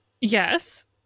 Yes